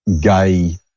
gay